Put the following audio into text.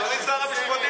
אדוני שר המשפטים,